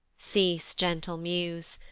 cease, gentle muse!